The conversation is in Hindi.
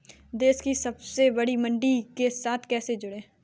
देश की सबसे बड़ी मंडी के साथ कैसे जुड़ें?